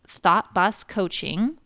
ThoughtBossCoaching